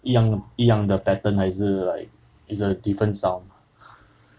一样一样的 pattern 还是 like it's a different sound